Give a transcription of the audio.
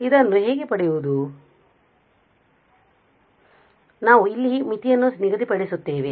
ಇದನ್ನು ಹೇಗೆ ಪಡೆಯುವುದು ಆದ್ದರಿಂದ ನಾವು ಇಲ್ಲಿ ಮಿತಿಯನ್ನು ನಿಗದಿಪಡಿಸುತ್ತೇವೆ